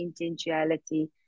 intentionality